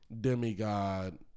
demigod